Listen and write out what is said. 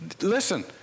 listen